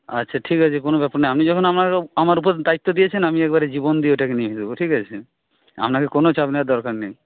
আচ্ছা ঠিক আছে কোনো ব্যাপার নয় আপনি যখন আমার ওপর আমার ওপর দায়িত্ব দিয়েছেন আমি এইবারে জীবন দিয়ে এটাকে নিয়ে যাবো ঠিক আছে আপনাকে কোনো চাপ নেওয়ার দরকার নেই